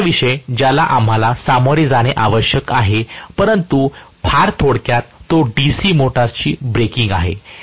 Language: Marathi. दुसरा विषय ज्याला आम्हाला सामोरे जाणे आवश्यक आहे परंतु फार थोडक्यात तो DC मोटर्सची ब्रेकिंग आहे